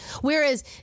whereas